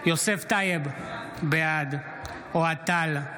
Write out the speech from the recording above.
יוסף טייב, בעד אוהד טל,